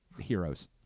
heroes